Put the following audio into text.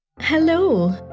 hello